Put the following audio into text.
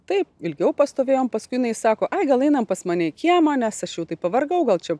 taip ilgiau pastovėjom paskui jinai sako gal einam pas mane į kiemą nes aš jau taip pavargau gal čia